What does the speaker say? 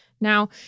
Now